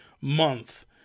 month